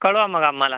कळवा मग आम्हाला